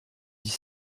dix